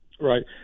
Right